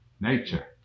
nature